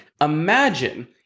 imagine